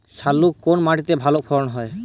শাকালু কোন মাটিতে ভালো ফলন হয়?